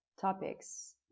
topics